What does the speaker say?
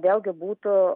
vėlgi būtų